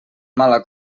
mala